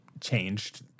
changed